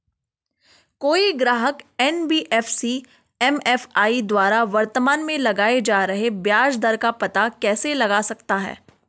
कोई ग्राहक NBFC MFI द्वारा वर्तमान में लगाए जा रहे ब्याज दर का पता कैसे लगा सकता है?